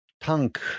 tank